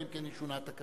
אלא אם כן ישונה התקנון,